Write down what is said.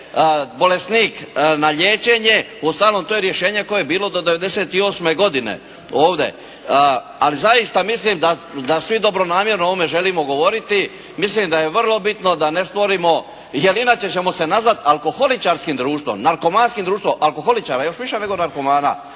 bolesnik na liječenje, uostalom to je rješenje koje je bilo do 98. godine ovdje. Ali zaista mislim da svi dobronamjerno o ovome želimo govoriti. Mislim da je vrlo bitno da ne stvorimo, jer inače ćemo se nazvati alkoholičarskim društvom, narkomanskim društvom, alkoholičara još više nego narkomana.